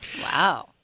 wow